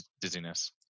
dizziness